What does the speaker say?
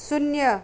शून्य